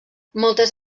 moltes